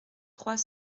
trois